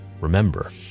remember